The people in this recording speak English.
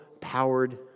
powered